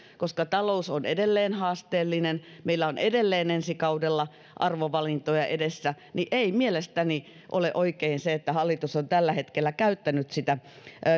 koska talous on edelleen haasteellinen meillä on edelleen ensi kaudella arvovalintoja edessä ja mielestäni ei ole oikein se että hallitus on tällä hetkellä käyttänyt sitä